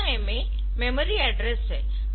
यह MA memory address है